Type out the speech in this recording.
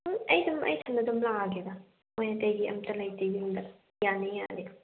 ꯎꯝ ꯑꯩ ꯁꯨꯝ ꯑꯩ ꯏꯊꯟꯗ ꯑꯗꯨꯝ ꯂꯥꯛꯑꯒꯦꯗ ꯃꯣꯏ ꯑꯇꯩꯗꯤ ꯑꯝꯇ ꯂꯩꯇꯦ ꯌꯨꯝꯗ ꯌꯥꯅꯤ ꯌꯥꯅꯤ